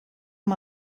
amb